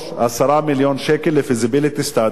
10 מיליון שקל ל-feasibility study,